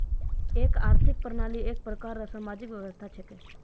एक आर्थिक प्रणाली एक प्रकार रो सामाजिक व्यवस्था छिकै